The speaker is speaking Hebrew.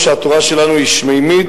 אף שהתורה שלנו היא שמימית,